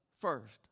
first